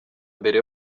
mbere